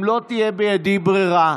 אם לא תהיה בידי ברירה,